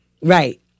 Right